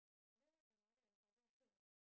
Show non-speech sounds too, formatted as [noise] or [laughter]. then where's the mother and father [laughs]